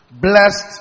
Blessed